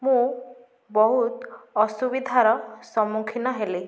ମୁଁ ବହୁତ ଅସୁବିଧାର ସମ୍ମୁଖୀନ ହେଲି